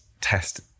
test